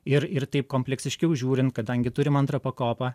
ir ir taip kompleksiškiau žiūrint kadangi turim antrą pakopą